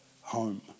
home